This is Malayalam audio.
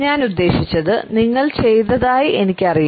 ഞാൻ ഉദ്ദേശിച്ചത് നിങ്ങൾ ചെയ്തതായി എനിക്കറിയാം